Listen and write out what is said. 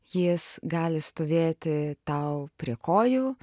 jis gali stovėti tau prie kojų